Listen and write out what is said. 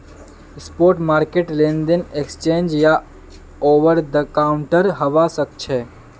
spot market लेनदेन exchange या over the counter हवा सक्छे